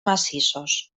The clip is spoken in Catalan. massissos